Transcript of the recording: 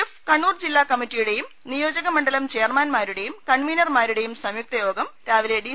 F Kannur ജില്ലാ കമ്മറ്റിയുടെയും നിയോജക മണ്ഡലം ചെയർമാൻമാരുടെയും കൺവീനർമാരുടെയും സംയുക്ത യോഗം രാവിലെ ഡി